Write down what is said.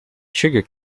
sugar